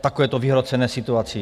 takovéto vyhrocené situaci.